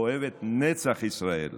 אוהב נצח ישראל.